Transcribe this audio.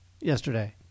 yesterday